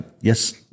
yes